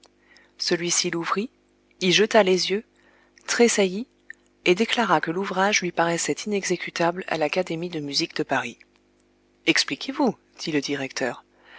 celui-ci l'ouvrit y jeta les yeux tressaillit et déclara que l'ouvrage lui paraissait inexécutable à l'académie de musique de paris expliquez-vous dit le directeur